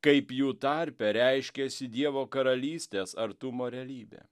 kaip jų tarpe reiškiasi dievo karalystės artumo realybė